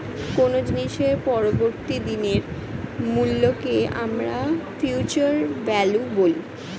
কোনো জিনিসের পরবর্তী দিনের মূল্যকে আমরা ফিউচার ভ্যালু বলি